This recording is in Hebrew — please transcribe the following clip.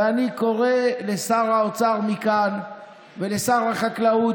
ואני קורא מכאן לשר האוצר ולשר החקלאות,